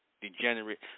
degenerate